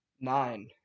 nine